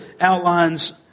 outlines